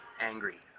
angry